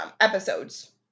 episodes